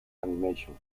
animation